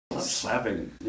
Slapping